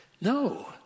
No